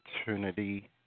opportunity